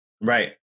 Right